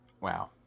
Wow